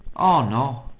oh, no.